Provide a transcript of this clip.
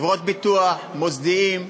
חברות ביטוח, מוסדיים,